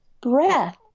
breath